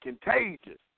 contagious